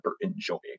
enjoying